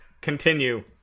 continue